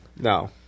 No